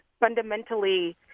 fundamentally